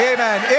Amen